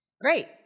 Great